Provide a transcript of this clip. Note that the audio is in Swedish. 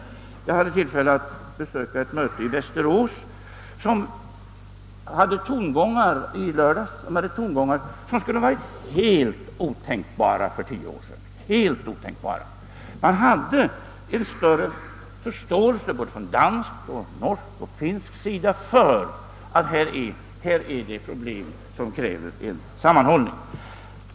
Jag hade i lördags tillfälle att besöka ett möte i Västerås, vid vilket de tongångar som förekom skulle ha varit helt otänkbara för tio år sedan. Man hade både från dansk, norsk och finsk sida större förståelse för att här förelåg problem som kräver sammanhållning.